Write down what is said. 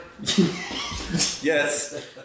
Yes